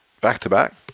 back-to-back